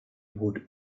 would